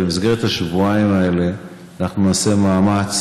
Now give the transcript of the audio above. במסגרת השבועיים האלה אנחנו נעשה מאמץ